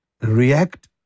react